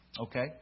Okay